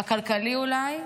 הכלכלי אולי,